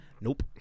Nope